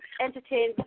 entertain